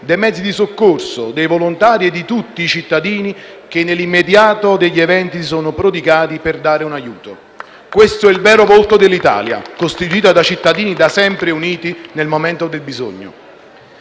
dei mezzi di soccorso, dei volontari e di tutti i cittadini che nell'immediato degli eventi si sono prodigati per dare un aiuto: questo è il vero volto dell'Italia, costituita da cittadini da sempre uniti nel momento del bisogno.